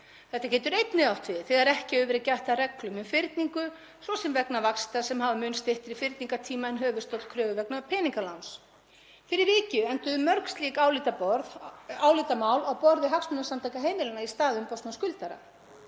Þetta getur einnig átt við þegar ekki hefur verið gætt að reglum um fyrningu, svo sem vegna vaxta sem hafa mun styttri fyrningartíma en höfuðstóll kröfu vegna peningaláns. Fyrir vikið enduðu mörg slík álitamál á borði Hagsmunasamtaka heimilanna í stað umboðsmanns skuldara.